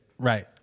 right